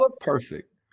Perfect